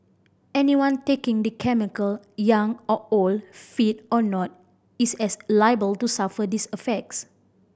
anyone taking the chemical young or old fit or not is as liable to suffer these affects